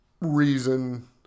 reason